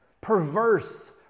Perverse